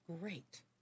great